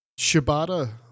Shibata